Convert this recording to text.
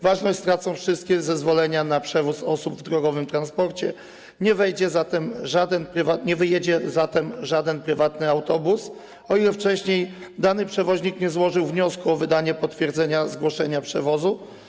Ważność stracą wszystkie zezwolenia na przewóz osób w drogowym transporcie, nie wyjedzie zatem żaden prywatny autobus, o ile wcześniej dany przewoźnik nie złożył wniosku o wydanie potwierdzenia zgłoszenia przewozu.